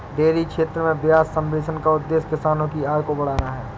dairy क्षेत्र में ब्याज सब्वेंशन का उद्देश्य किसानों की आय को बढ़ाना है